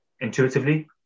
intuitively